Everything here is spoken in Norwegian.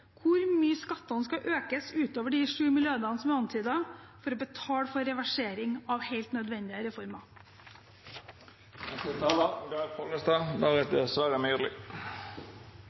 hvor mye skattene skal økes utover de 7 mrd. kr som er antydet, for å betale for reversering av helt nødvendige